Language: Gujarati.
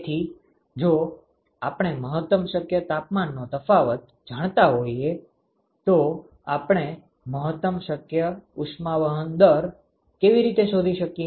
તેથી જો આપણે મહત્તમ શક્ય તાપમાનનો તફાવત જાણતા હોઈએ તો આપણે મહત્તમ શક્ય ઉષ્માવહન દર કેવી રીતે શોધી શકીએ